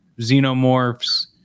xenomorphs